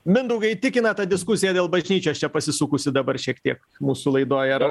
mindaugai įtikina ta diskusija dėl bažnyčios čia pasisukusi dabar šiek tiek mūsų laidoje ar